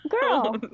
Girl